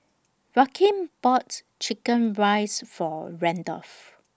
Rakeem bought Chicken Rice For Randolf